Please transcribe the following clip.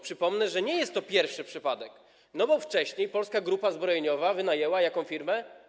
Przypomnę, że nie jest to pierwszy taki przypadek, bo wcześniej Polska Grupa Zbrojeniowa wynajęła jaką firmę?